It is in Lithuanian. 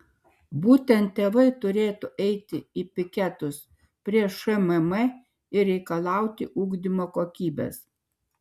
būtent tėvai turėtų eiti į piketus prie šmm ir reikalauti ugdymo kokybės